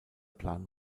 plan